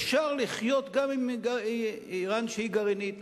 אפשר לחיות גם עם אירן שהיא גרעינית,